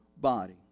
body